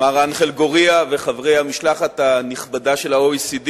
מר אנחל גורייה וחברי המשלחת הנכבדה של ה-OECD,